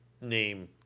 name